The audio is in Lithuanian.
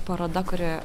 paroda kuri